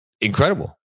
incredible